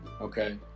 Okay